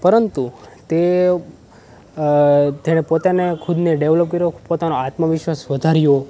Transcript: પરંતુ તે તેણે પોતાને ખુદને ડેવલપ કર્યો પોતાનો આત્મવિશ્વાસ વધાર્યો